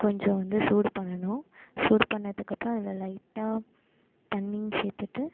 கொஞ்சம் வந்து சூடு பண்ணணும் சூடு பண்ணதுக்கப்றோம் அதில் லைட்டாக தண்ணியும் சேர்த்துட்டு